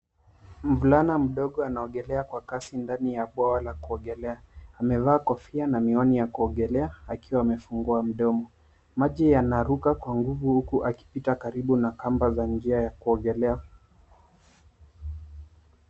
Mvulana mdogo anaogelea kwa kasi ndani ya bwawa la kuogelea. Amevaa kofia na miwani ya kuogelea akiwa amefungua mdomo. Maji yanaruka kwa nguvu huku akipita karibu na kamba za njia ya kuogelea.